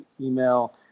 email